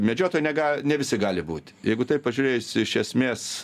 medžiotoju nega ne visi gali būt jeigu taip pažiūrėjus iš esmės